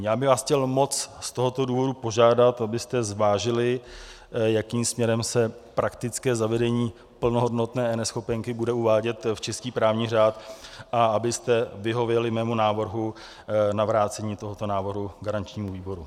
Já bych vás chtěl moc z tohoto důvodu požádat, abyste zvážili, jakým směrem se praktické zavedení plnohodnotné eNeschopenky bude uvádět v český právní řád, a abyste vyhověli mému návrhu na vrácení tohoto návrhu garančnímu výboru.